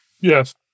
Yes